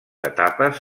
etapes